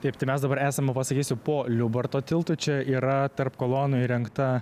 taip tai mes dabar esam pasakysiu po liubarto tiltu čia yra tarp kolonų įrengta